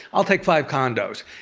i'll take five condos.